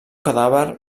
cadàver